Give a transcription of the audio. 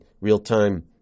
real-time